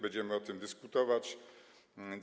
Będziemy o tym dyskutować.